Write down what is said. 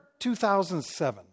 2007